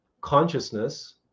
consciousness